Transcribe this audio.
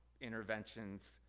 interventions